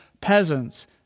peasants